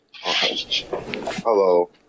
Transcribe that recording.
Hello